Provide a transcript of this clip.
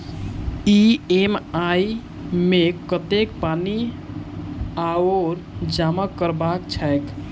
EMI मे कतेक पानि आओर जमा करबाक छैक?